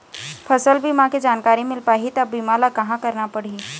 फसल बीमा के जानकारी मिल पाही ता बीमा ला कहां करना पढ़ी?